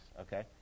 okay